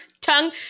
tongue